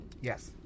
Yes